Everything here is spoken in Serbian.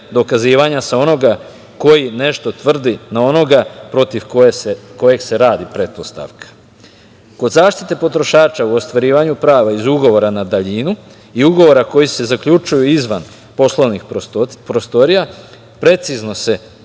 dokazivanja sa onoga koji nešto tvrdi na onoga protiv kojeg se radi pretpostavka. Kod zaštite potrošača u ostvarivanju prava iz ugovora na daljinu i ugovora koji se zaključuje izvan poslovnih prostorija precizno se